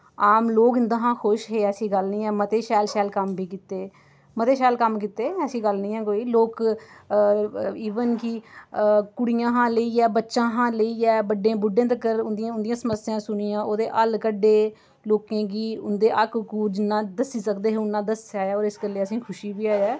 आम लोक इं'दे शा खुश हे ऐसी गल्ल निं ऐ मते शैल शैल कम्म बी कीते मते शैल कम्म कीते ऐसी गल्ल निं ऐ कोई लोक इवन कि कुड़ियां शा लेइयै बच्चें शा लेइयै बड्डे बुड्ढें तक्कर उं'दियां समस्यां सुनियां ओह्दे हल्ल कड्ढे लोकें गी उं'दे हक्क हकूक जिन्ना दस्सी सकदे हे उन्ना दस्सेआ ओह् इस गल्लै दी असें ई खुशी बी ऐ